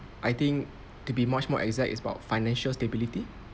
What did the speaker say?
I think to be much more exact it's about financial stability